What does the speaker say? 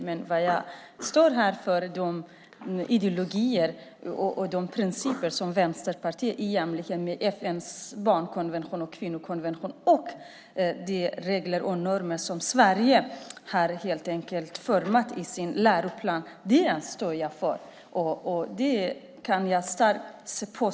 Jag står här för de ideologier och principer som Vänsterpartiet står för i enlighet med FN:s barnkonvention och kvinnokonvention samt de regler och normer som Sverige har format i sin läroplan.